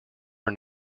are